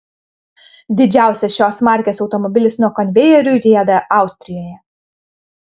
didžiausias šios markės automobilis nuo konvejerių rieda austrijoje